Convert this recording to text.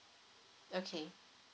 okay